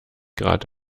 grad